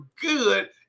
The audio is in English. good